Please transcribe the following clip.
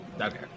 Okay